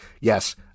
yes